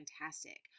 fantastic